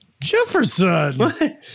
Jefferson